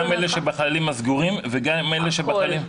גם אלה שבחללים סגורים וגם אלה שבחללים פתוחים?